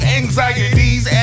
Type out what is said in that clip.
anxieties